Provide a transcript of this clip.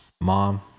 Mom